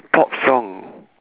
pop song